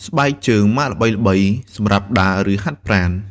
ស្បែកជើងម៉ាកល្បីៗសម្រាប់ដើរ ឬហាត់ប្រាណ។